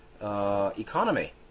economy